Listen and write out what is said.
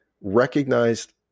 recognized